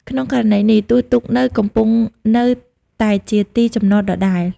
ក្នុងករណីនេះ ទោះទូកទៅ កំពង់នៅតែជាទីចំណតដដែល។